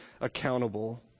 accountable